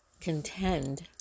contend